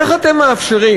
איך אתם מאפשרים,